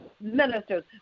ministers